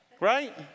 Right